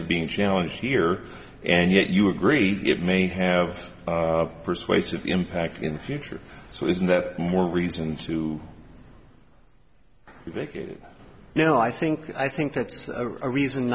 of being challenged here and yet you agree it may have a persuasive impact in the future so isn't that more reason too you know i think i think that's a reason